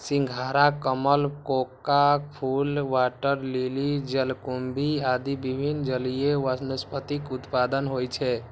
सिंघाड़ा, कमल, कोका फूल, वाटर लिली, जलकुंभी आदि विभिन्न जलीय वनस्पतिक उत्पादन होइ छै